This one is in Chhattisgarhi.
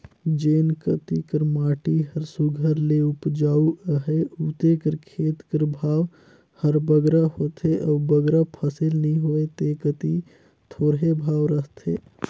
जेन कती कर माटी हर सुग्घर ले उपजउ अहे उते कर खेत कर भाव हर बगरा होथे अउ बगरा फसिल नी होए ते कती थोरहें भाव रहथे